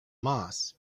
moss